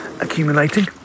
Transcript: accumulating